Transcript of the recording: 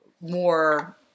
more